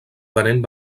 venent